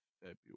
February